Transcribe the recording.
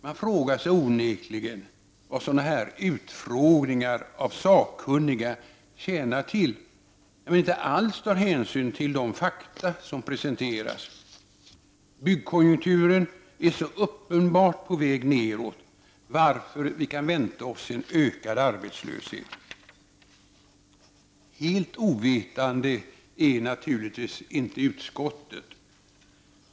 Man frågar sig onekligen vad sådana här utfrågningar av sakkunniga tjänar till, när utskottet inte alls tar hänsyn till de fakta som presenteras. Byggkonjunkturen är så uppenbart på väg nedåt, varför vi kan vänta oss en ökad arbetslöshet. Helt ovetande är naturligtvis inte utskottet.